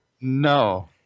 No